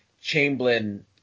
Chamberlain